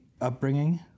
upbringing